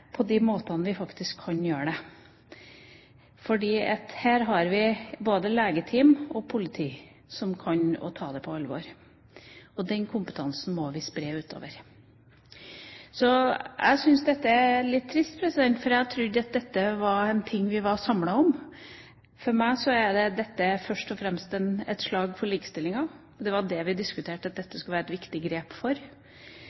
på de måtene vi faktisk kan gjøre det. Her har vi både legeteam og politi som kan å ta det på alvor, og den kompetansen må vi spre utover. Jeg syns dette er litt trist, for jeg har trodd at dette var en ting vi var samlet om. For meg er dette først og fremst et slag for likestillinga. Det var det vi diskuterte at dette